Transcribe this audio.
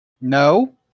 no